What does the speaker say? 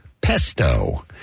pesto